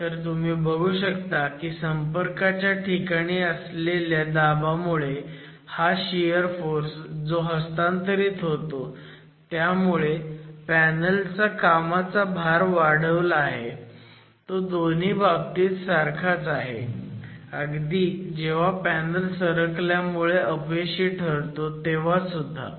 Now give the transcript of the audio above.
तर तुम्ही बघू शकता की संपर्काच्या ठिकाणी असलेल्या दाबामुळे हा शियर फोर्स जो हस्तांतरित होतो ज्यामुळे पॅनल चा कामाचा भार वाढवला आहे तो दोन्ही बाबतीत सारखाच आहे अगदी जेव्हा पॅनल सरकल्यामुळे अपयशी ठरतो तेव्हासुद्धा